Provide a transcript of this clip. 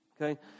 okay